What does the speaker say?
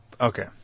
Okay